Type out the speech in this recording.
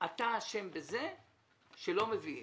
אתה אשם בזה שלא מביאים.